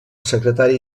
secretari